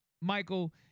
Michael